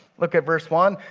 look up verse one,